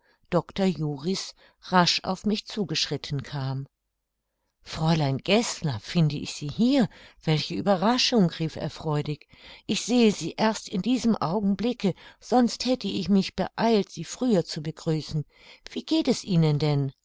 doctor juris rasch auf mich zugeschritten kam fräulein geßler finde ich sie hier welche ueberraschung rief er freudig ich sehe sie erst in diesem augenblicke sonst hätte ich mich beeilt sie früher zu begrüßen wie geht es ihnen denn